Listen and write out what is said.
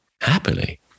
happily